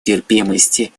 терпимости